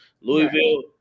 Louisville